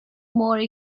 more